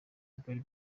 bwari